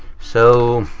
so,